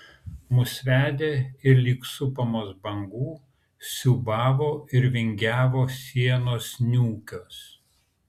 mus vedė ir lyg supamos bangų siūbavo ir vingiavo sienos niūkios